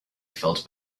felt